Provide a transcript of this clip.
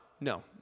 no